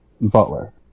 butler